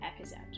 episode